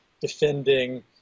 defending